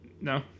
no